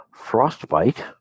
Frostbite